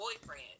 boyfriend